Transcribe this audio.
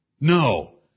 No